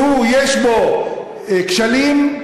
שהוא, יש בו כשלים,